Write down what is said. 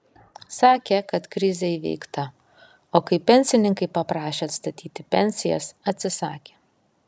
sakė kad krizė įveikta o kai pensininkai paprašė atstatyti pensijas atsisakė